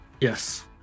Yes